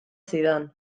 zidan